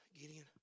Gideon